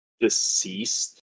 Deceased